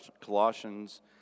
Colossians